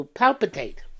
palpitate